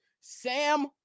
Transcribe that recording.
Sam